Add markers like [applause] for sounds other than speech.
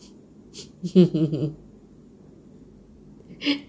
[laughs]